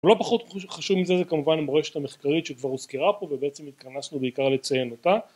ולא פחות חשוב מזה זה כמובן המורשת המחקרית שכבר הוזכירה פה ובעצם התכנסנו בעיקר לציין אותה